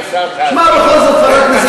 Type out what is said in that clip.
שמע, בכל זאת, חבר הכנסת